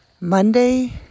Monday